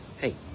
Hey